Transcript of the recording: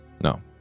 No